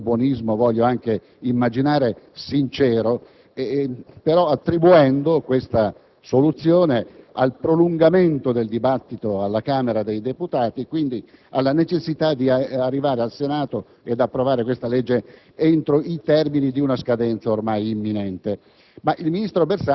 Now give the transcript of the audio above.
nel mio infinito buonismo, voglio anche immaginare sincero, attribuendo questa soluzione al prolungamento del dibattito alla Camera dei deputati e, quindi, alla necessità di pervenire all'approvazione del provvedimento al Senato entro i termini di scadenza, ormai imminente.